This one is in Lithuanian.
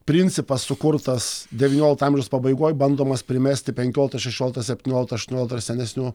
principas sukurtas devyniolikto amžiaus pabaigoj bandomas primesti penkiolikto šešiolikto septyniolikto aštuoniolikto ir senesnių